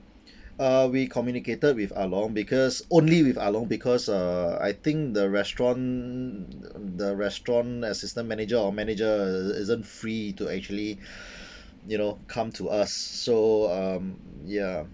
uh we communicated with Ahlong because only with Ahlong because uh I think the restaurant the restaurant assistant manager or manager uh isn't free to actually you know come to us so um ya